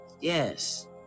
Yes